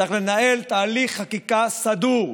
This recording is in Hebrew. צריך לנהל תהליך חקיקה סדור,